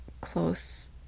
close